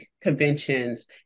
conventions